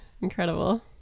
Incredible